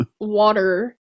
water